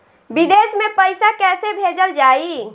विदेश में पईसा कैसे भेजल जाई?